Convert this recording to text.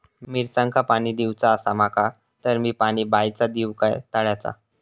मिरचांका पाणी दिवचा आसा माका तर मी पाणी बायचा दिव काय तळ्याचा?